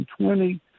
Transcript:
2020